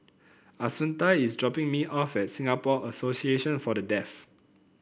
Assunta is dropping me off at Singapore Association For The Deaf